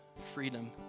freedom